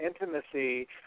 Intimacy